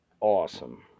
awesome